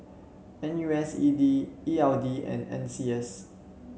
N U S E D E L D and N C S